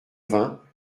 vingts